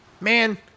man